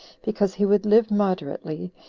because he would live moderately,